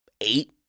eight